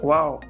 Wow